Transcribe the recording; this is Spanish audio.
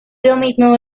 dominó